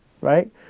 Right